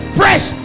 fresh